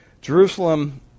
Jerusalem